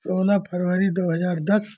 सोलह फरबरी दो हजार दस